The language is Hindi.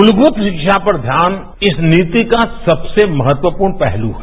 मूलभूत शिक्षा पर ध्यान इस नीति का सबसे महत्वपूर्ण पहलू है